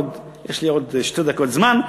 יש לי עוד שתי דקות זמן,